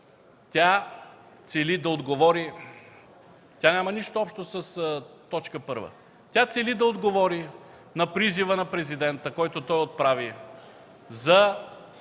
Тя цели да отговори на призива на президента, който той отправи за